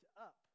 up